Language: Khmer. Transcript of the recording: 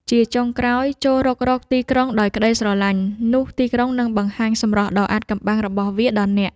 ជាចុងក្រោយ ចូររុករកទីក្រុងដោយក្ដីស្រឡាញ់ នោះទីក្រុងនឹងបង្ហាញសម្រស់ដ៏អាថ៌កំបាំងរបស់វាដល់អ្នក។